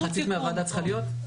מחצית מהוועדה צריכה להיות?